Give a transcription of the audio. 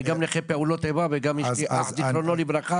אני גם נכה פעולות איבה וגם יש לי אח זכרונו לברכה.